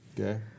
Okay